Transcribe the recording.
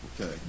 Okay